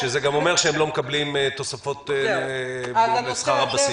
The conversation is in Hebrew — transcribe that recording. זה גם אומר שהם לא מקבלים תוספות לשכר הבסיס.